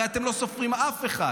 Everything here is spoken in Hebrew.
הרי אתם לא סופרים אף אחד.